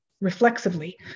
reflexively